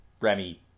Remy